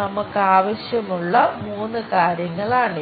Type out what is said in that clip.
നമുക്ക് ആവശ്യമുള്ള മൂന്ന് കാര്യങ്ങളാണിവ